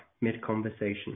mid-conversation